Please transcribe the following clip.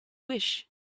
wish